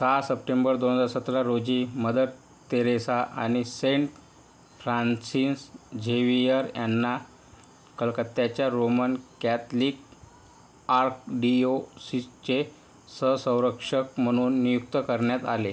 सहा सप्टेंबर दोन हजार सतरा रोजी मदर तेरेसा आणि सेंट फ्रांन्सिस झेवियर यांना कलकत्त्याच्या रोमन कॅथलिक आर्कडिओसीसचे सहसंरक्षक म्हणून नियुक्त करण्यात आले